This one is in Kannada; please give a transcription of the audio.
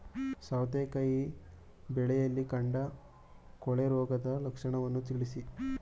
ಸೌತೆಕಾಯಿ ಬೆಳೆಯಲ್ಲಿ ಕಾಂಡ ಕೊಳೆ ರೋಗದ ಲಕ್ಷಣವನ್ನು ತಿಳಿಸಿ?